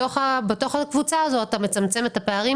בתוך הקבוצה הזאת אתה מצמצם את הפערים